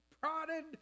prodded